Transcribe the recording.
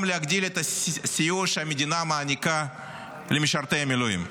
וגם להגדיל את הסיוע שהמדינה מעניקה למשרתי המילואים.